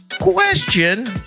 Question